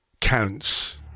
counts